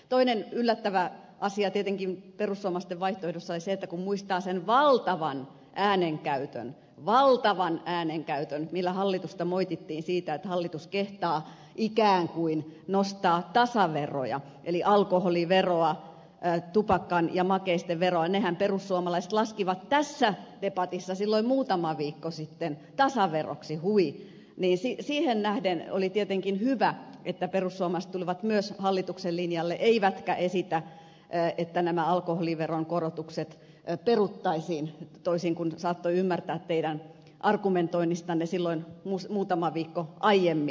toinen yllättävä asia tietenkin perussuomalaisten vaihtoehdossa oli se että kun muistaa sen valtavan äänenkäytön valtavan äänenkäytön millä hallitusta moitittiin siitä että hallitus kehtaa ikään kuin nostaa tasaveroja eli alkoholiveroa tupakan ja makeisten veroa nehän perussuomalaiset laskivat tässä debatissa silloin muutama viikko sitten tasaveroksi hui niin perussuomalaiset tulivat myös hallituksen linjalle mikä oli tietenkin hyvä että peru samastuivat myös hallituksen asia eivätkä esitä että nämä alkoholiveron korotukset peruttaisiin toisin kuin saattoi ymmärtää teidän argumentoinnistanne silloin muutama viikko aiemmin